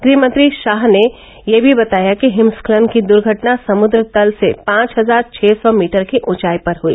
गृहमंत्री शाह ने यह भी बताया कि हिमस्खलन की द्र्घटना समुद्ग तल से पांच हजार छह सौ मीटर की ऊंचाई पर हई